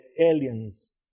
aliens